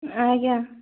ଆଜ୍ଞା